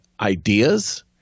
ideas